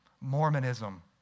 Mormonism